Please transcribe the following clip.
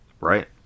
Right